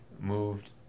moved